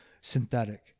synthetic